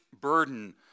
burden